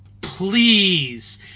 please